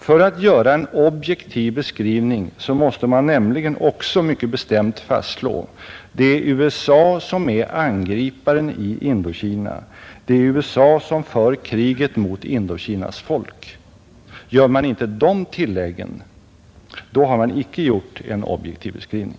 För att göra en objektiv beskrivning måste man nämligen också mycket bestämt fastslå: det är USA som är angriparen i Indokina, det är USA som för kriget mot Indokinas folk. Gör man inte det tillägget, då har man icke gjort en objektiv beskrivning.